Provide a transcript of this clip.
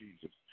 Jesus